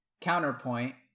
counterpoint